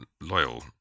loyal